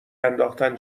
انداختن